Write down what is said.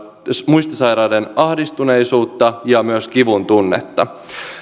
muistisairaiden ahdistuneisuutta ja myös kivun tunnetta